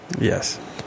Yes